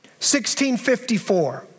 1654